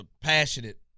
passionate